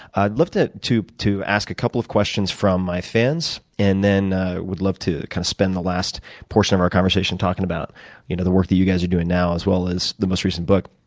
i'd love to to ask a couple of questions from my fans, and then i would love to kind of spend the last portion of our conversation talking about you know the work that you guys are doing now, as well as the most recent book.